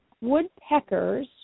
Woodpeckers